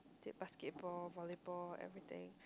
basketball volleyball everything